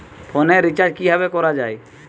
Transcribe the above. ফোনের রিচার্জ কিভাবে করা যায়?